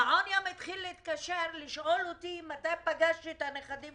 מהמעון התחילו להתקשר לשאול אותי מתי פגשתי את הנכדים